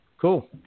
Cool